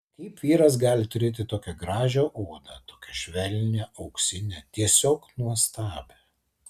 kaip vyras gali turėti tokią gražią odą tokią švelnią auksinę tiesiog nuostabią